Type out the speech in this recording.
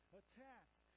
attacks